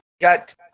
got